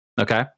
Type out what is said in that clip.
okay